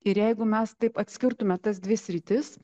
ir jeigu mes taip atskirtume tas dvi sritis